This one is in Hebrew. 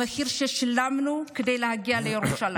המחיר ששילמנו כדי להגיע לירושלים.